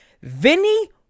Vinny